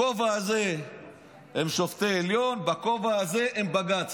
בכובע הזה הם שופטי העליון, בכובע הזה הם בג"ץ.